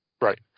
Right